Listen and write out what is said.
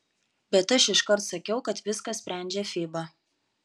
bet aš iškart sakiau kad viską sprendžia fiba